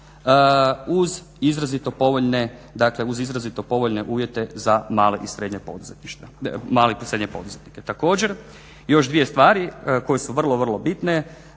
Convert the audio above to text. uz izrazito povoljne uvjete za male i srednje poduzetnike. Također, još dvije stvari koje su vrlo, vrlo bitne.